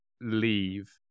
leave